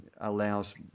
allows